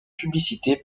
publicité